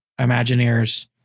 imagineers